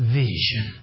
vision